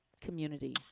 community